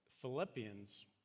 Philippians